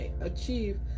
achieve